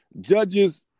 judges